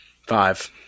Five